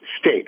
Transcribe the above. state